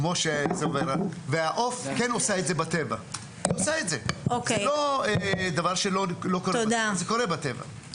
העוף עושה את זה בטבע, זה קורה בטבע.